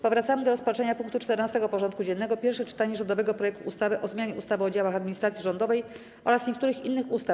Powracamy do rozpatrzenia punktu 14. porządku dziennego: Pierwsze czytanie rządowego projektu ustawy o zmianie ustawy o działach administracji rządowej oraz niektórych innych ustaw.